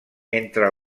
entre